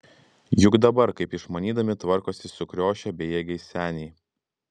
juk dabar kaip išmanydami tvarkosi sukriošę bejėgiai seniai